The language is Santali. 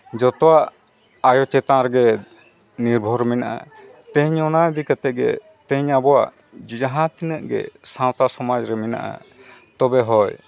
ᱡᱚᱛᱚᱣᱟᱜ ᱟᱭᱳ ᱪᱮᱛᱟᱱ ᱨᱮᱜᱮ ᱱᱤᱨᱵᱷᱚᱨ ᱢᱮᱱᱟᱜᱼᱟ ᱛᱮᱦᱮᱧ ᱚᱱᱟ ᱤᱫᱤ ᱠᱟᱛᱮᱫ ᱜᱮ ᱛᱮᱦᱮᱧ ᱟᱵᱚᱣᱟᱜ ᱡᱟᱦᱟᱸ ᱛᱤᱱᱟᱹᱜ ᱜᱮ ᱥᱟᱶᱛᱟ ᱥᱚᱢᱟᱡᱽ ᱨᱮ ᱢᱮᱱᱟᱜᱼᱟ ᱛᱚᱵᱮ ᱦᱳᱭ